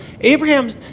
Abraham